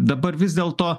dabar vis dėl to